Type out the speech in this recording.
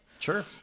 Sure